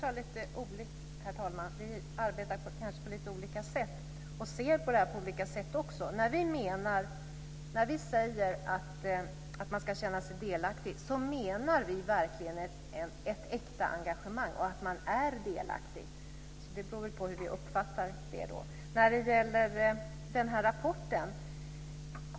Herr talman! Vi arbetar kanske på lite olika sätt och ser på det här på olika sätt. När vi säger att man ska känna sig delaktig, menar vi verkligen ett äkta engagemang och att man är delaktig. Det beror väl på hur vi uppfattar det.